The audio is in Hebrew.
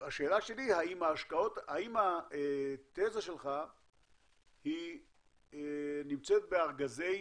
השאלה שלי האם התזה שלך היא נמצאת בארגזי